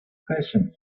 profession